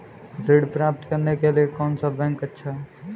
ऋण प्राप्त करने के लिए कौन सा बैंक अच्छा है?